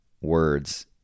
words